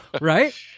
Right